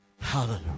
Hallelujah